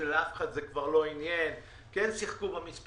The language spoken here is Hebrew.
כשאת אף אחד זה לא עניין אם כן שיחקו במספרים,